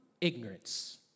Ignorance